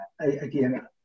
again